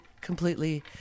completely